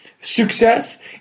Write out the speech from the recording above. success